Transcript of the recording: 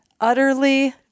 utterly